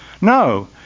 No